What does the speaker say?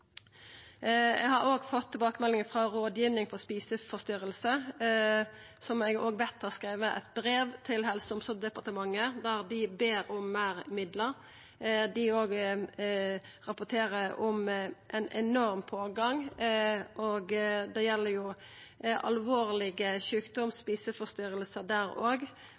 Eg har òg fått tilbakemelding frå Rådgivning om spiseforstyrrelser, som eg òg veit har skrive eit brev til Helse- og omsorgsdepartementet der dei ber om meir midlar. Dei rapporterer òg om ein enorm pågang, og det gjeld alvorleg sjukdom, spiseforstyrringar, der